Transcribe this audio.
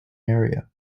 area